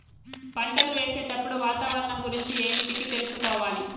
పంటలు వేసేటప్పుడు వాతావరణం గురించి ఏమిటికి తెలుసుకోవాలి?